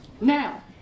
Now